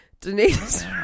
Denise